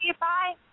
Bye